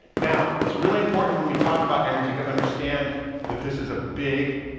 now it's really important when we talk about energy to understand that this is a big,